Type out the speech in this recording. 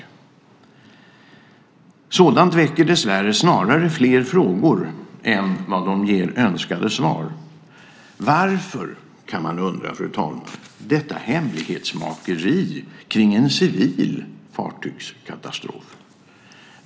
Sådant väcker dessvärre snarare fler frågor än vad det ger önskade svar. Varför, kan man fråga sig, fru talman, detta hemlighetsmakeri kring en civil fartygskatastrof?